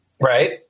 Right